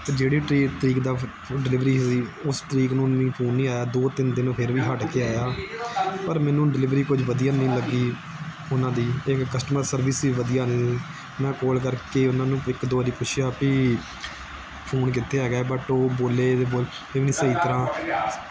ਅਤੇ ਜਿਹੜੀ ਟੀ ਤਰੀਕ ਦਾ ਡਿਲੀਵਰੀ ਹੋਈ ਉਸ ਤਰੀਕ ਨੂੰ ਨਹੀਂ ਫੋਨ ਨਹੀਂ ਆਇਆ ਦੋ ਤਿੰਨ ਦਿਨ ਉਹ ਫਿਰ ਵੀ ਹੱਟ ਕੇ ਆਇਆ ਪਰ ਮੈਨੂੰ ਡਿਲੀਵਰੀ ਕੁਝ ਵਧੀਆ ਨਹੀਂ ਲੱਗੀ ਉਹਨਾਂ ਦੀ ਇੱਕ ਕਸਟਮਰ ਸਰਵਿਸ ਵੀ ਵਧੀਆ ਨਹੀਂ ਮੈਂ ਕੋਲ ਕਰਕੇ ਉਹਨਾਂ ਨੂੰ ਇੱਕ ਦੋ ਵਾਰ ਪੁੱਛਿਆ ਵੀ ਫੋਨ ਕਿੱਥੇ ਹੈਗਾ ਬਟ ਉਹ ਬੋਲੇ ਅਤੇ ਬੋਲ ਵੀ ਨਹੀਂ ਸਹੀ ਤਰ੍ਹਾਂ